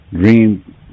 dream